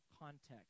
context